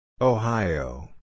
Ohio